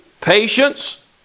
patience